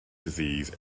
disease